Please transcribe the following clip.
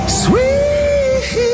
sweet